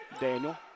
Daniel